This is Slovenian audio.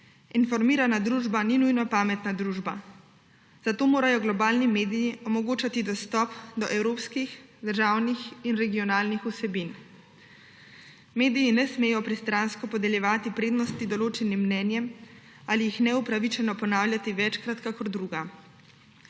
Informirana družba ni nujno pametna družba. Zato morajo globalni mediji omogočati dostop do evropskih državnih in regionalnih vsebin. Mediji ne smejo pristransko podeljevati prednosti določenim mnenjem ali jih neupravičeno ponavljati večkrat kakor druga.